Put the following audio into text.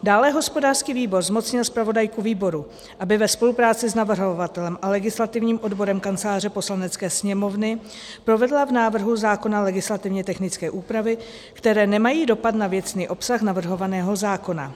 Dále hospodářský výbor zmocnil zpravodajku výboru, aby ve spolupráci s navrhovatelem a legislativním odborem Kanceláře Poslanecké sněmovny provedla v návrhu zákona legislativně technické úpravy, které nemají dopad na věcný obsah navrhovaného zákona.